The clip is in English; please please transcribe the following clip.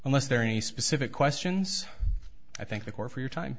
unless there are any specific questions i think the court for your time